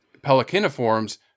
pelicaniforms